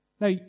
Now